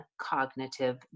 cognitive